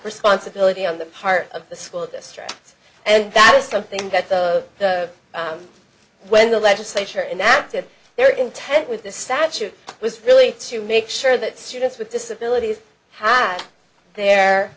responsibility on the part of the school district and that is something that the when the legislature inactive their intent with the statute was really to make sure that students with disabilities had their